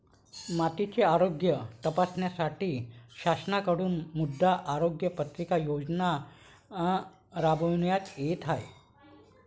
मातीचे आरोग्य तपासण्यासाठी शासनाकडून मृदा आरोग्य पत्रिका योजना राबविण्यात येत आहे